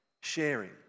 sharing